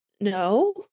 No